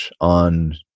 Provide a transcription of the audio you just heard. on